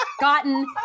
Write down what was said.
gotten